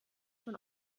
von